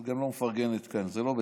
את גם לא מפרגנת כאן, זה לא בסדר.